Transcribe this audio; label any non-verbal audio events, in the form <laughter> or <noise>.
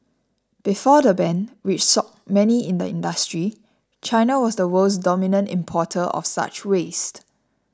before the ban which <unintelligible> many in the industry China was the world's dominant importer of such waste